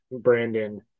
Brandon